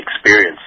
experience